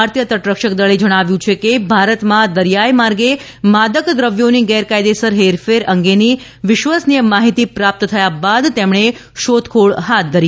ભારતીય તટરક્ષકદળે જણાવ્યું છે કે ભારતમાં દરિયાઈ માર્ગે માદક દ્રવ્યોની ગેરકાયદેસર હેરફેર અંગેની વિશ્વસનીય માહિતી પ્રાપ્ત થયા બાદ તેમણે શોધ ખોળ હાથ ધરી